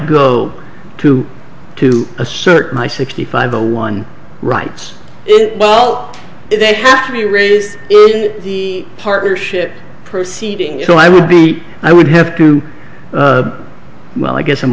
go to to a certain i sixty five a one writes well they have to be raised in the partnership proceeding so i would be i would have to well i guess i'm